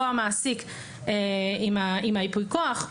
או המעסיק עם ייפוי הכוח,